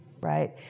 right